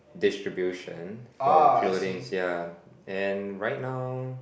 distribution for clothings ya and right now